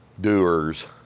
Doers